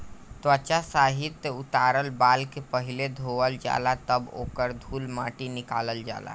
त्वचा सहित उतारल बाल के पहिले धोवल जाला तब ओकर धूल माटी निकालल जाला